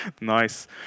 Nice